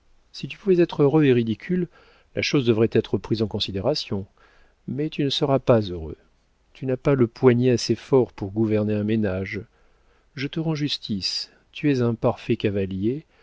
si tu pouvais être heureux et ridicule la chose devrait être prise en considération mais tu ne seras pas heureux tu n'as pas le poignet assez fort pour gouverner un ménage je te rends justice tu es un parfait cavalier